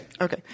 okay